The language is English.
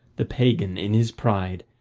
the pagan in his pride.